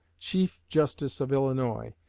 chief justice of illinois,